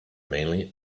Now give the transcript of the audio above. mainly